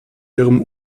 ihrem